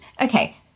Okay